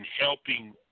helping